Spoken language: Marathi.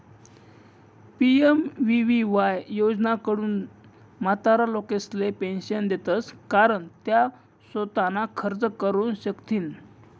पी.एम.वी.वी.वाय योजनाकडथून म्हातारा लोकेसले पेंशन देतंस कारण त्या सोताना खर्च करू शकथीन